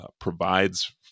provides